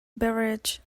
beverages